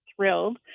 thrilled